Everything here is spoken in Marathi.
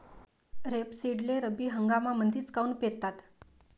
रेपसीडले रब्बी हंगामामंदीच काऊन पेरतात?